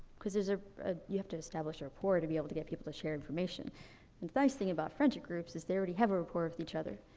cause there's ah a you have to establish a rapport to be able to get people to share information. the and nice thing about friendship groups is they already have a rapport with each other.